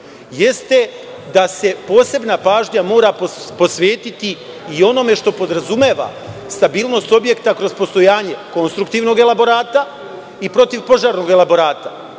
jeste da se posebna pažnja mora posvetiti i onome što podrazumeva stabilnost objekta kroz postojanje konstruktivnog elaborata i protiv požarnog elaborata.